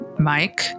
Mike